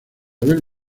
del